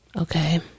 Okay